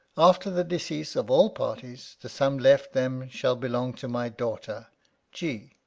after the decease of all parties, the sum left them shall belong to my daughter g,